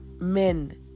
Men